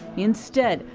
instead,